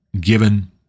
given